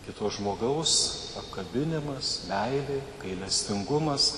kito žmogaus apkabinimas meilė gailestingumas